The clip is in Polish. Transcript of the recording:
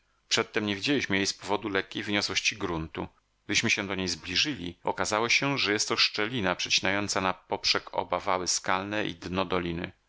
przedtem nie widzieliśmy jej z powodu lekkiej wyniosłości gruntu gdyśmy się do niej zbliżyli okazało się że jest to szczelina przecinająca na poprzek oba wały skalne i dno doliny